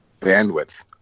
bandwidth